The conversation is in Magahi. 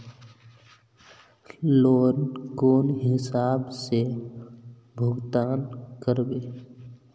लोन कौन हिसाब से भुगतान करबे?